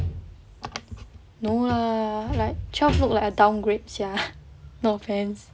no lah like twelve look like a downgrade sia no offence